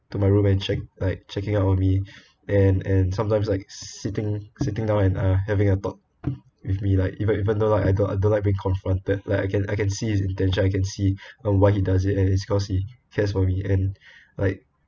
to my room and check~ like checking up on me and and sometimes like sitting sitting down and uh having a talk with me like even even though I don't I don't like being confronted like I I can see his intention and I can see um why he does it and cause he cares for me and like